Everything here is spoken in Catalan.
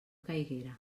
caiguera